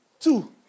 two